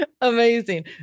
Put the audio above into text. amazing